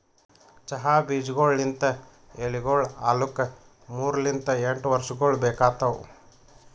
ಚಹಾ ಬೀಜಗೊಳ್ ಲಿಂತ್ ಎಲಿಗೊಳ್ ಆಲುಕ್ ಮೂರು ಲಿಂತ್ ಎಂಟು ವರ್ಷಗೊಳ್ ಬೇಕಾತವ್